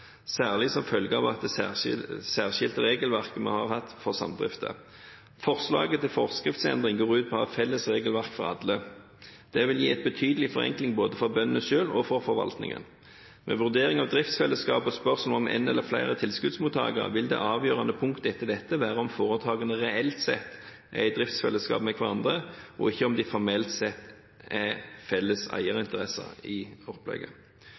særlig som følge av det særskilte regelverket vi har hatt for samdrifter. Forslaget til forskriftsendring går ut på å ha felles regelverk for alle. Det vil gi en betydelig forenkling både for bøndene selv og for forvaltningen. Ved vurdering av driftsfellesskap og spørsmål om en eller flere tilskuddsmottakere vil det avgjørende punktet etter dette være om foretakene reelt sett er i driftsfellesskap med hverandre, og ikke om de formelt sett er felles eierinteresser i opplegget.